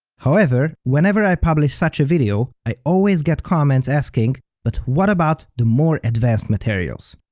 however, whenever i publish such a video, i always get comments asking but what about the more advanced materials,